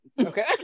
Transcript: okay